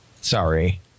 Sorry